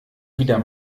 wieder